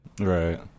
Right